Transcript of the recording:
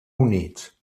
units